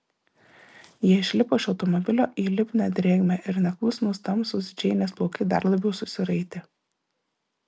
jie išlipo iš automobilio į lipnią drėgmę ir neklusnūs tamsūs džeinės plaukai dar labiau susiraitė